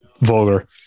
vulgar